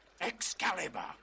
Excalibur